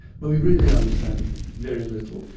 but we really understand very little.